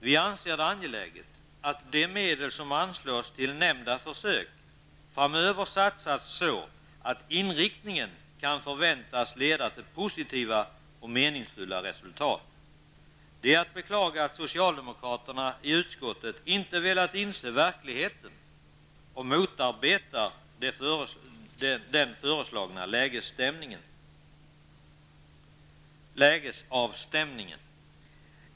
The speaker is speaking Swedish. Vi anser det angeläget att de medel som anslås till nämnda försök framöver satsas så att de kan förväntas leda till positiva och meningsfulla resultat. Det är att beklaga att socialdemokraterna i utskottet inte velat inse verkligheten och motarbetat den föreslagna lägesavstämningen.